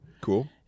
Cool